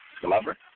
Glover